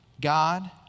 God